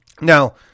now